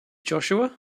joshua